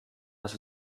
dass